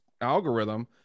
algorithm